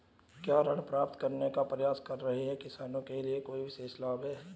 क्या ऋण प्राप्त करने का प्रयास कर रहे किसानों के लिए कोई विशेष लाभ हैं?